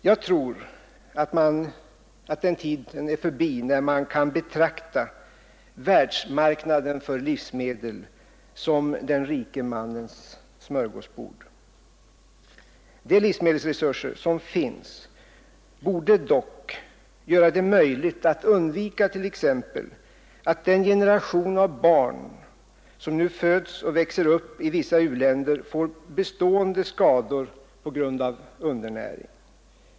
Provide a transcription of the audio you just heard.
Jag tror att den tiden är förbi när man kan betrakta världsmarknaden för livsmedel som den rike mannens smörgåsbord. De livsmedelsresurser som finns borde dock göra det möjligt att undvika t.ex. att den generation av barn som nu föds och växer upp i vissa u-länder får bestående skador på grund av undernäring.